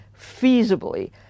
feasibly